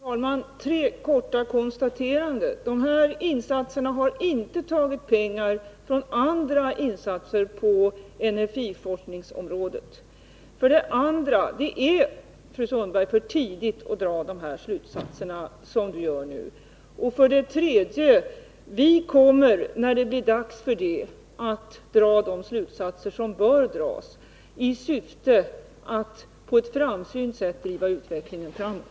Herr talman! Jag vill göra tre korta konstateranden. För det första har dessa insatser inte tagit pengar från andra insatser på energiforskningsområdet. För det andra är det för tidigt, fru Sundberg, att dra de slutsatser som ni nu drar. Och för det tredje kommer vi, när det blir dags, att dra de slutsatser som bör dras i syfte att på ett framsynt sätt driva utvecklingen framåt.